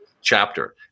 chapter